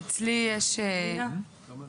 אצלי יש 20?